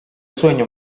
sueño